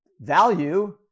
value